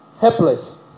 helpless